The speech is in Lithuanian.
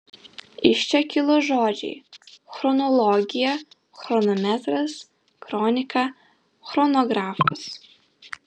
iš čia kilo žodžiai chronologija chronometras kronika chronografas